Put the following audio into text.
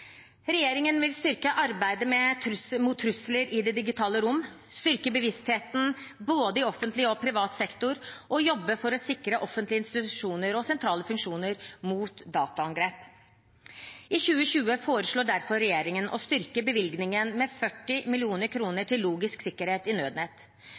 Regjeringen vil styrke arbeidet mot trusler i det digitale rom, styrke bevisstheten i både offentlig og privat sektor og jobbe for å sikre offentlige institusjoner og sentrale funksjoner mot dataangrep. For 2020 foreslår derfor regjeringen å styrke bevilgningen med 40